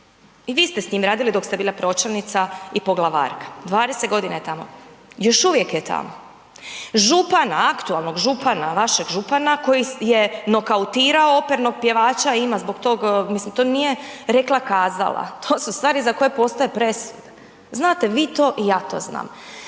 I vi ste s njim radili dok ste bila pročelnica i poglavarka, 20 g. je tamo, još uvijek je tamo. Župana, aktualnog župana, vašeg župana koji je nokautirao opernog pjevača i ima zbog tog, mislim to nije rekla-kazala, to su stvari za koje postoje presude. Znate vi to i ja to znam.